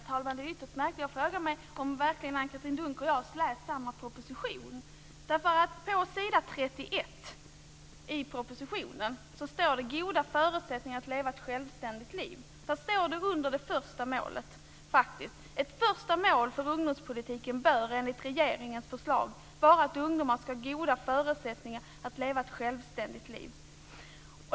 Herr talman! Det är ytterst märkligt. Jag frågar mig om verkligen Anne-Katrine Dunker och jag har läst samma proposition. På s. 31 i propositionen står det: Goda förutsättningar att leva ett självständigt liv. I det stycket står det faktiskt: "Ett första mål för ungdomspolitiken bör, enligt regeringens förslag, vara att ungdomar ska ha goda förutsättningar att leva ett självständigt liv."